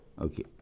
Okay